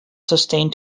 sustained